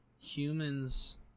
humans